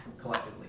collectively